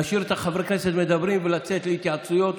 להשאיר את חברי הכנסת מדברים ולצאת להתייעצויות,